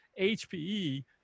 hpe